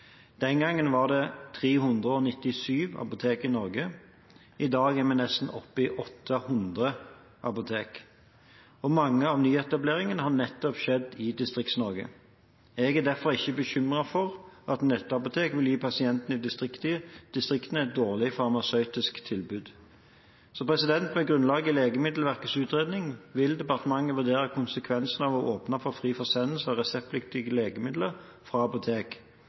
Den gangen var det 397 apotek i Norge. I dag er vi oppe i nesten 800 apotek, og mange av nyetableringene har skjedd nettopp i Distrikts-Norge. Jeg er derfor ikke bekymret for at nettapotek vil gi pasientene i distriktene et dårlig farmasøytisk tilbud. Med grunnlag i Legemiddelverkets utredning, vil departementet vurdere konsekvensene av å åpne for fri forsendelse av reseptpliktige legemidler fra apotek.